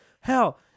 Hell